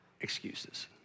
excuses